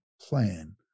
plan